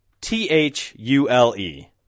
T-H-U-L-E